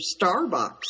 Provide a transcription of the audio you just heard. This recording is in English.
Starbucks